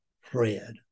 Fred